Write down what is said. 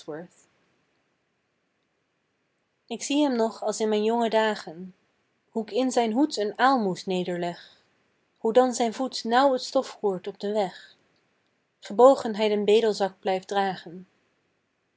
ik zie hem nog als in mijn jonge dagen hoe k in zijn hoed een aalmoes nederleg hoe dan zijn voet nauw t stof roert op den weg gebogen hij den bedelzak blijft dragen